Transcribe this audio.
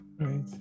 Right